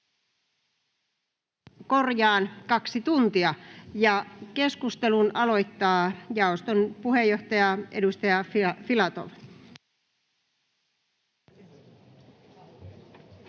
enintään 2 tuntia. — Keskustelun aloittaa jaoston puheenjohtaja, edustaja Filatov. [Speech